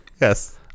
Yes